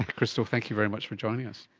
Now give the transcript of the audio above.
crystal, thank you very much for joining us.